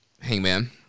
Hangman